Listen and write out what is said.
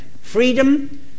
Freedom